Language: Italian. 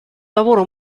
lavoro